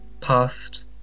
past